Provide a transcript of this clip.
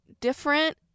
different